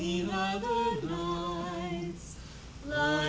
you know